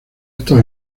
estos